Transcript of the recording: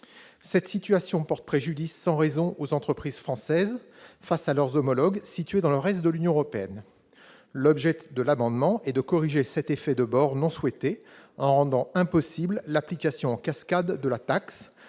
Cette situation porte préjudice sans raison aux entreprises françaises face à leurs homologues situés dans le reste de l'Union européenne. L'objet de cet amendement est de corriger cet effet de bord non souhaité en rendant impossible l'application en cascade de la taxe,